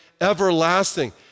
everlasting